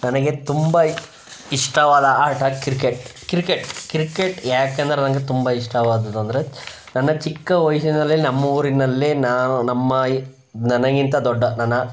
ನನಗೆ ತುಂಬ ಇಷ್ಟವಾದ ಆಟ ಕ್ರಿಕೆಟ್ ಕ್ರಿಕೆಟ್ ಕ್ರಿಕೆಟ್ ಯಾಕಂದ್ರೆ ನಂಗೆ ತುಂಬ ಇಷ್ಟವಾದುದೆಂದ್ರೆ ನನ್ನ ಚಿಕ್ಕ ವಯಸ್ಸಿನಲ್ಲೇ ನಮ್ಮೂರಿನಲ್ಲೇ ನಾವು ನಮ್ಮ ಈ ನನಗಿಂತ ದೊಡ್ಡ ನನ್ನ